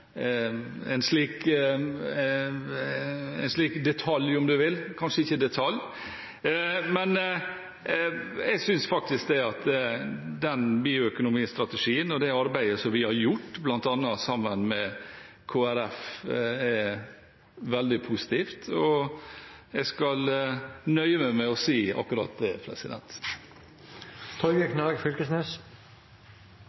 en slik detalj, om du vil – det er kanskje ikke en detalj. Men jeg synes faktisk at den bioøkonomistrategien og det arbeidet som vi har gjort, bl.a. sammen med Kristelig Folkeparti, er veldig positivt. Jeg skal nøye meg med å si akkurat det.